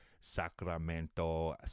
Sacramento